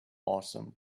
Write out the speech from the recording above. awesome